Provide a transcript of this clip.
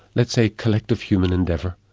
let's say, collective human endeavour.